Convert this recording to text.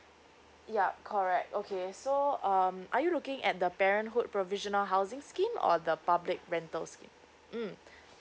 yup correct okay so um are you looking at the parenthood provisional housing scheme or the public rentals scheme mm